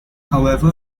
however